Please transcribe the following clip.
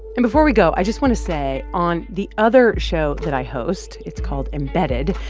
and before we go, i just want to say, on the other show that i host, it's called embedded,